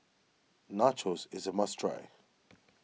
Nachos is a must try